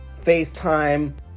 FaceTime